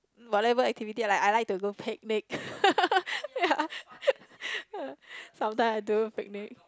whatever activity I like I like to go picnic ya sometimes I do picnic